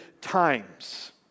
times